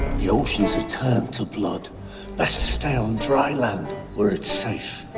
the oh she's returned to blood let's stay on dry land where it's safe